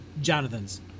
Jonathan's